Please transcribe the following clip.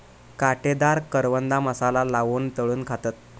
काटेदार करवंदा मसाला लाऊन तळून खातत